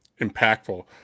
impactful